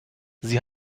sie